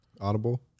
Audible